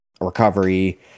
recovery